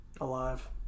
alive